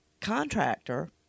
contractor